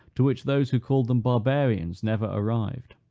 to which those who called them barbarians, never arrived.